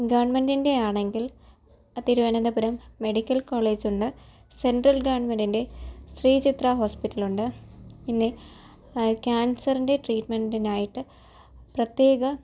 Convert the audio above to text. ഗവൺമെൻറ്റിൻ്റെ ആണെങ്കിൽ തിരുവനന്തപുരം മെഡിക്കൽ കോളേജുണ്ട് സെൻട്രൽ ഗവൺമെൻറ്റിൻ്റെ ശ്രീ ചിത്ര ഹോസ്പിറ്റലുണ്ട് പിന്നെ ക്യാൻസറിൻ്റെ ട്രീട്മെൻ്റിനായിട്ട് പ്രത്യേക